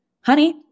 honey